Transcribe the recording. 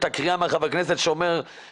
את משווה קריאה של חבר כנסת שאומר שהסגר